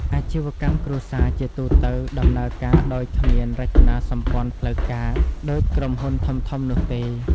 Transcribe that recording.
អាជីវកម្មគ្រួសារជាទូទៅដំណើរការដោយគ្មាន រចនាសម្ព័ន្ធផ្លូវការ ដូចក្រុមហ៊ុនធំៗនោះទេ។